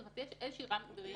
אין שום הבחנה בין גורמי